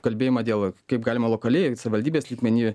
kalbėjimą dėl kaip galima lokaliai savivaldybės lygmeny